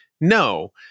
No